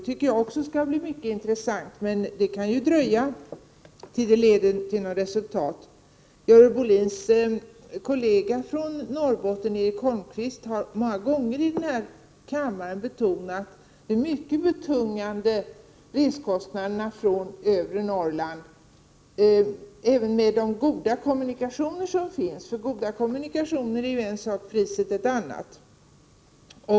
Det tycker jag också skall bli mycket intressant, men det kan ju dröja innan det leder till något resultat. Görel Bohlins kollega från — Prot. 1988/89:95 Norrbotten, Erik Holmkvist, har många gånger här i kammaren betonat hur — 12 april 1989 betungande reskostnaderna från övre Norrland är, även med de goda kommunikationer som finns. Goda kommunikationer är ju en sak, priset en annan.